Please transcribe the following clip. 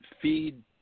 feed